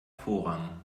vorrang